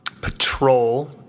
Patrol